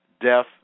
death